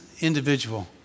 individual